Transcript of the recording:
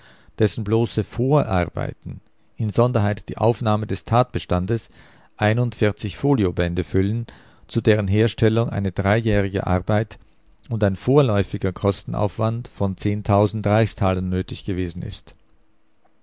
dessen bloße vorarbeiten insonderheit die aufnahme des tatbestandes folio füllen zu deren herstellung eine dreijährige arbeit und ein vorläufiger kostenaufwand von reichs nötig gewesen ist